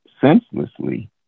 senselessly